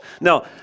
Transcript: Now